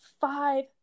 five